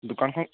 দোকানখন